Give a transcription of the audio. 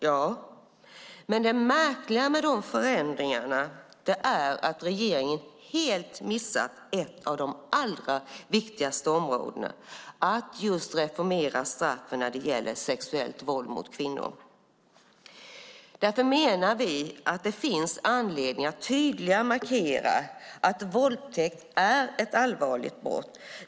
Ja, men det märkliga med dessa förändringar är att regeringen helt har missat ett av de allra viktigaste områdena - att reformera straffen när det gäller sexuellt våld mot kvinnor. Därför menar vi att det finns anledning att tydligare markera att våldtäkt är ett allvarligt brott.